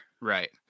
right